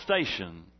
station